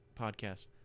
Podcast